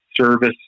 service